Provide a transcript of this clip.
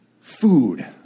food